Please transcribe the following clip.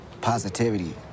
positivity